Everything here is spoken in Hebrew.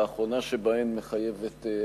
האחרונה שבהן מחייבת הצבעה.